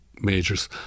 majors